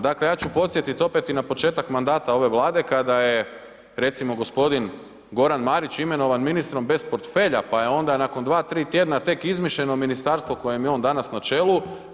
Dakle, ja ću podsjetit opet i na početak mandata ove Vlade kada je, recimo, g. Goran Marić imenovan ministrom bez portfelja, pa je onda nakon 2-3 tjedna tek izmišljeno ministarstvo kojem je on danas na čelu.